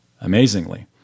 amazingly